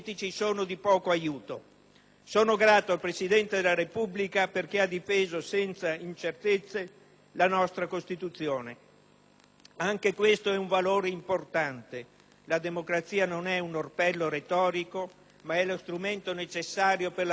Sono grato al Presidente della Repubblica perché ha difeso senza incertezze la nostra Costituzione. Anche questo è un valore importante. La democrazia non è un orpello retorico, ma è lo strumento necessario per la costruzione del bene comune.